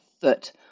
foot